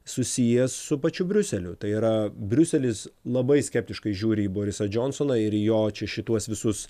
susijęs su pačiu briuseliu tai yra briuselis labai skeptiškai žiūri į borisą džonsoną ir jo čia šituos visus